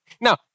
Now